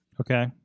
okay